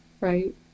right